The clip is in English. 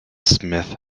smith